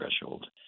threshold